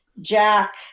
Jack